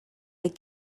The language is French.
les